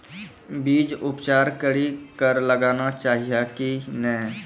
बीज उपचार कड़ी कऽ लगाना चाहिए कि नैय?